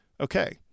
Okay